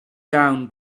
down